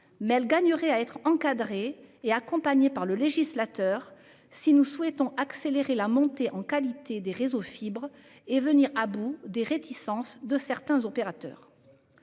mais elle gagnerait à être encadrée et accompagnée par le législateur si nous souhaitons accélérer la montée en qualité des réseaux fibre et venir à bout des réticences de certains opérateurs.